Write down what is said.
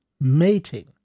mating